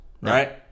right